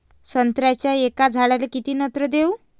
संत्र्याच्या एका झाडाले किती नत्र देऊ?